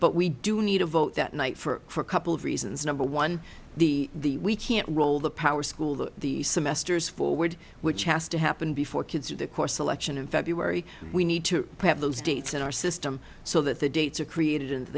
but we do need a vote that night for a couple of reasons number one the we can't roll the power school that the semesters forward which has to happen before kids through the course selection in february we need to have those dates in our system so that the dates are created and th